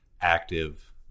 active